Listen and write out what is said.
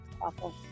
Awful